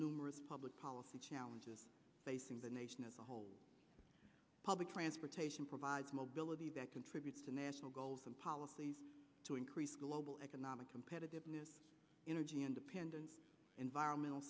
numerous public policy challenges facing the nation as a whole public transportation provides mobility that contributes to national goals and policies to increase global economic competitiveness energy independence environmental